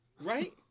right